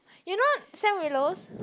you know Sam Willows